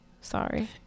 Sorry